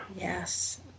yes